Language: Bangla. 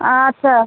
আচ্ছা